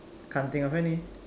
can't think of any